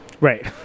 Right